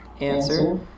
Answer